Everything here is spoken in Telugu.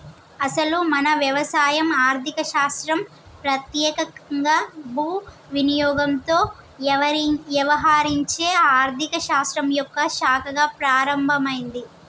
అసలు మన వ్యవసాయం ఆర్థిక శాస్త్రం పెత్యేకంగా భూ వినియోగంతో యవహరించే ఆర్థిక శాస్త్రం యొక్క శాఖగా ప్రారంభమైంది